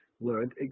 learned